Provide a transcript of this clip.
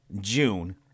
June